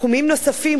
תחומים נוספים,